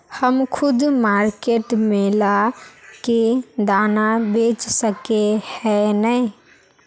हम खुद मार्केट में ला के दाना बेच सके है नय?